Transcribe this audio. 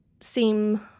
seem